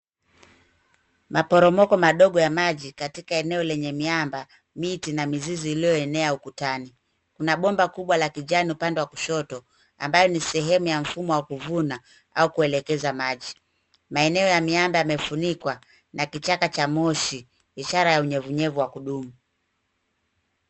Maporomoko madogo ya maji katika eneo lenye miamba, miti na mizizi iliyoenea ukutani. Kuna bomba kubwa ya kinjano upande wa kushoto ambayo ni sehemu ya mfumo wa kuvuna au kuelekeza maji. Maeneo ya miamba yamefunikwa na kichaka cha moshi ishara ya unyevu nyevu wa kudumu.